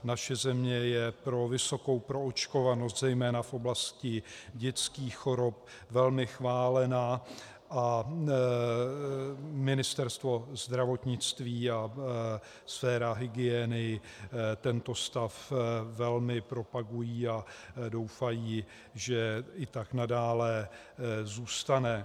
Naše země je pro vysokou proočkovanost zejména v oblasti dětských chorob velmi chválena a Ministerstvo zdravotnictví a sféra hygieny tento stav velmi propagují a doufají, že i tak nadále zůstane.